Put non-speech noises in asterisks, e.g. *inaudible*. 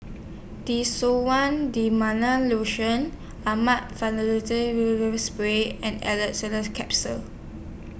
Desowen *unintelligible* Lotion *unintelligible* Spray and Orlistat *unintelligible* Capsules